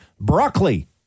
Broccoli